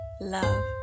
love